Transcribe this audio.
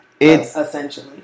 essentially